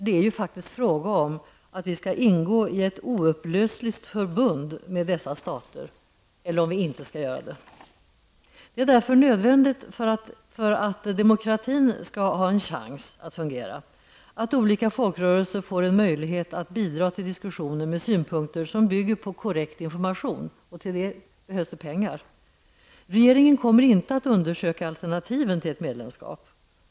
Det är faktiskt fråga om huruvida vi skall ingå ett oupplösligt förbund med de aktuella staterna eller inte. För att demokratin skall ha chans att fungera är det nödvändigt att olika folkrörelser får möjlighet att bidra till diskussionen med synpunkter som bygger på korrekt information. Till detta behövs det pengar. Regeringen kommer inte att undersöka alternativen till ett medlemskap.